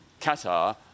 Qatar